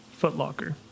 footlocker